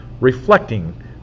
reflecting